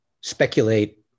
speculate